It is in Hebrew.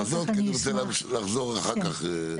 הזאת כי אני רוצה לחזור אחר כך.